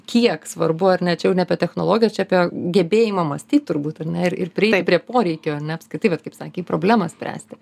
kiek svarbu ar ne čia jau ne apie technologijas čia apie gebėjimą mąstyt turbūt ar ne ir ir prieit prie poreikio ar ne apskritai vat kaip sakei problemą spręsti